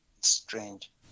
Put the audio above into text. strange